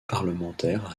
parlementaire